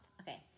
okay